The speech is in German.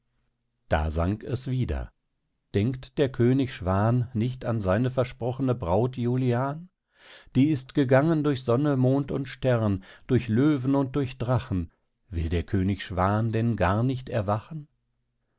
da sang es wieder denkt der könig schwan nicht an seine versprochene braut julian die ist gegangen durch sonne mond und stern durch löwen und durch drachen will der könig schwan denn gar nicht erwachen